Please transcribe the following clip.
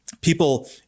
People